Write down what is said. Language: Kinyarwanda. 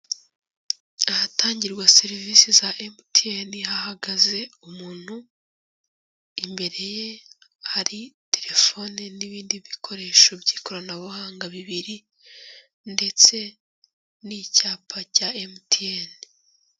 Ahatangirwa serivisi za Emutiyene, hahagaze umuntu, imbere ye hari telefoni n'ibindi bikoresho by'ikoranabuhanga bibiri, ndetse n'icyapa cya Emutiyene.